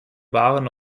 waren